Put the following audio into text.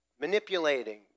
manipulating